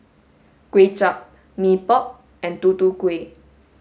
Kway Chap Mee Pok and Tutu Kueh